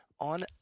On